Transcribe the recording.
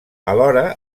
alhora